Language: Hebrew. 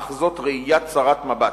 אך זאת ראייה צרת מבט.